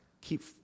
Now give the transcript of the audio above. keep